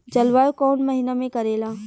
जलवायु कौन महीना में करेला?